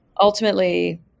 ultimately